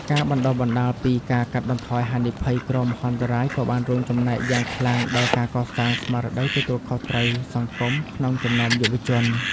ការបណ្ដុះបណ្ដាលពី ការកាត់បន្ថយហានិភ័យគ្រោះមហន្តរាយ ក៏បានរួមចំណែកយ៉ាងខ្លាំងដល់ការកសាងស្មារតីទទួលខុសត្រូវសង្គមក្នុងចំណោមយុវជន។